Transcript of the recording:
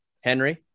henry